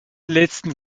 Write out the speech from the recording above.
letzten